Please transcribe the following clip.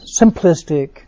simplistic